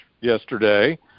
yesterday